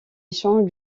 échange